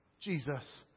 Jesus